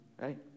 right